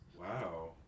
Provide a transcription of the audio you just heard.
Wow